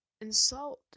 insult